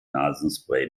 nasenspray